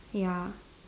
ya